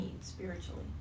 spiritually